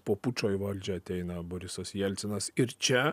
po pučo į valdžią ateina borisas jelcinas ir čia